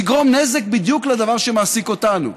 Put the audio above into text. יגרום נזק בדיוק לדבר שמעסיק אותנו.